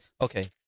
Okay